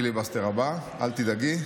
אנחנו נביא לפיליבסטר הבא, אל תדאגי.